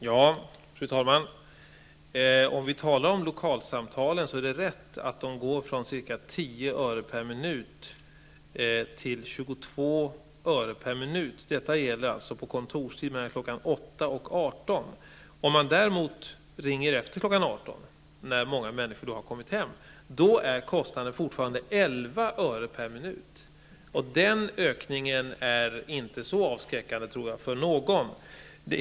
Fru talman! Det är riktigt att priset för lokalsamtalen ökar från ca 10 öre per minut till 22 18.00, när många människor har kommit hem, är kostnaden fortfarande 11 öre per minut. Jag tror inte att den ökningen är så avskräckande för någon.